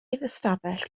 ystafell